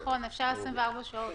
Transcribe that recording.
נכון, אפשר 24 שעות.